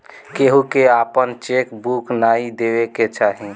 केहू के आपन चेक बुक नाइ देवे के चाही